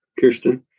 Kirsten